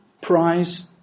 prize